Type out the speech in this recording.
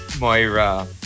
Moira